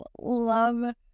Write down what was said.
love